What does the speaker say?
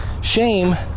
Shame